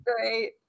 great